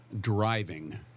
driving